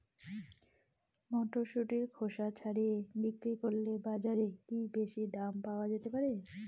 মটরশুটির খোসা ছাড়িয়ে বিক্রি করলে বাজারে কী বেশী দাম পাওয়া যেতে পারে?